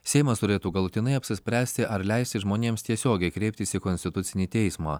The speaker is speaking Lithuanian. seimas turėtų galutinai apsispręsti ar leisti žmonėms tiesiogiai kreiptis į konstitucinį teismą